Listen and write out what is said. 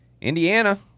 Indiana